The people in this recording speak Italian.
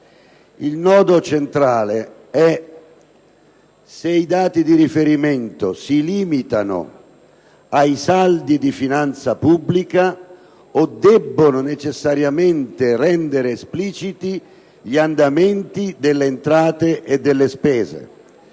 il nodo centrale è se i dati di riferimento si debbano limitare ai saldi di finanza pubblica o debbano necessariamente rendere espliciti gli andamenti delle entrate e delle spese.